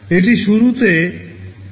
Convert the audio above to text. এটি শুরুতে একবারে প্রয়োজনীয় হবে